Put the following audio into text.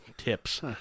tips